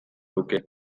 luke